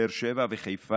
בבאר שבע ובחיפה.